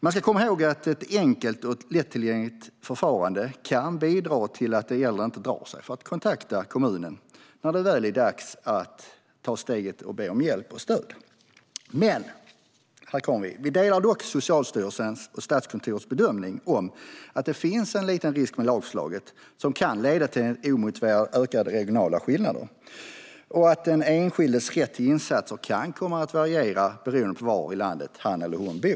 Man ska komma ihåg att ett enkelt och lättillgängligt förfarande kan bidra till att den äldre inte drar sig för att kontakta kommunen när det väl är dags att ta steget att be om hjälp och stöd. Vi delar dock Socialstyrelsens och Statskontorets bedömning att det finns en liten risk med lagförslaget, som kan leda till omotiverade ökade regionala skillnader, och att den enskildes rätt till insatser kan komma att variera beroende på var i landet han eller hon bor.